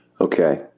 Okay